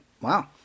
Wow